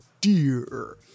Dear